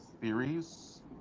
theories